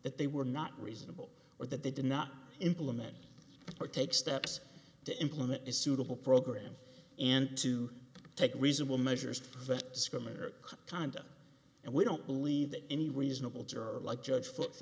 that they were not reasonable or that they did not implement or take steps to implement a suitable program and to take reasonable measures discriminator conduct and we don't believe that any reasonable juror like judge foo